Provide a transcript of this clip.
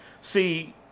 See